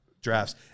drafts